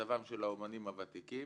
מצבם של האומנים הוותיקים,